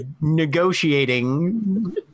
negotiating